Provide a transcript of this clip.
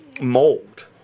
mold